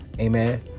Amen